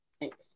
Thanks